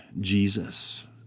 Jesus